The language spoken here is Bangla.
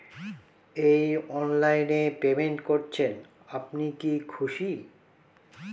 এই অনলাইন এ পেমেন্ট করছেন আপনি কি খুশি?